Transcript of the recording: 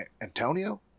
Antonio